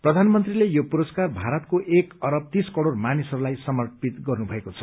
प्रधानमन्त्रीले यो पुरस्कार भारतको एक अरब तीस करोड़ मानिसहरूलाई समर्पित गर्नुभएको छ